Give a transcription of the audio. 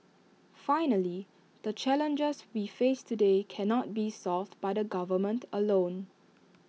finally the challenges we face today cannot be solved by the government alone